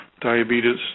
diabetes